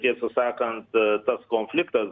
tiesą sakant tas konfliktas